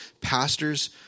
pastors